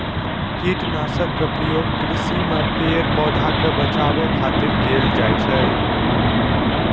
कीटनाशक के प्रयोग कृषि मे पेड़, पौधा कें बचाबै खातिर कैल जाइ छै